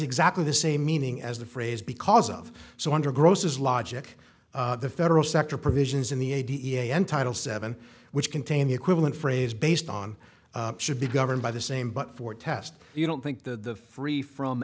exactly the same meaning as the phrase because of so under gross's logic the federal sector provisions in the a d n title seven which contain the equivalent phrase based on should be governed by the same but for test you don't think the free from